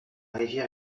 rivière